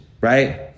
Right